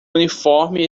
uniforme